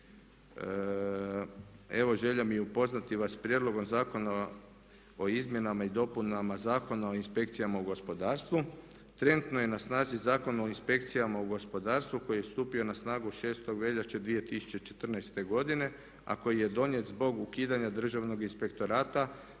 Evo želja mi je upoznati vas s prijedlogom Zakona o izmjenama i dopunama Zakona o inspekcijama u gospodarstvu. Trenutno je na snazi Zakon o inspekcijama u gospodarstvu koji je stupio na snagu 6. veljače 2014.godine a koji je donijet zbog ukidanja Državnog inspektorata